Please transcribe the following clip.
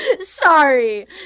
Sorry